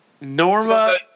Norma